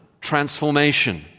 transformation